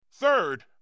Third